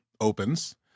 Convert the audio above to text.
opens